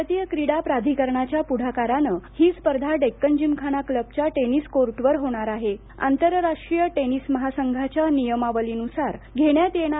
भारतीय क्रीडा प्राधिकरणाच्या पुढाकारानं ही स्पर्धा डेक्कन जिमखाना क्लबच्या टेनिस कोर्टवर होणार आहेया या स्पर्धेच्या आंतरराष्ट्रीय टेनिस महासंघाच्या नियमावलीन्सार घेण्यात येणा